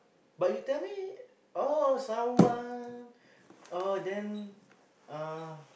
but you tell me oh someone oh then uh